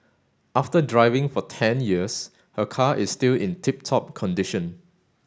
after driving for ten years her car is still in tip top condition